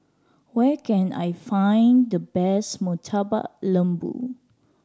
where can I find the best Murtabak Lembu